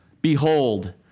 Behold